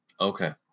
Okay